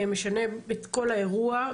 משנה את כל האירוע.